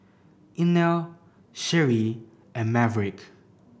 Inell Sheree and Maverick